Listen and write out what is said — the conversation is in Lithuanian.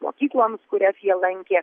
mokykloms kurias jie lankė